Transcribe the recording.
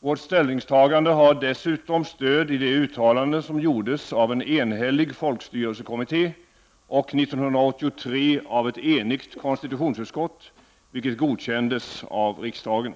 Vårt ställningstagande har dessutom stöd i det uttalande som gjordes av en enhällig folkstyrelsekommitté och 1983 av ett enigt konstitutionsutskott, vilket godkändes av riksdagen.